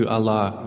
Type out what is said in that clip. Allah